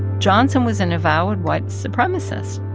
johnson was an avowed white supremacist.